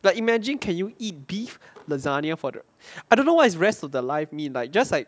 like imagine can you eat beef lasagna for the I don't know what is rest of the live me like just like